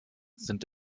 sind